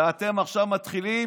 ואתם עכשיו מתחילים